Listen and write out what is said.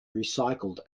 recycled